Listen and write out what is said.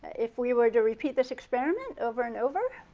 if we were to repeat this experiment over and over.